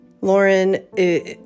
Lauren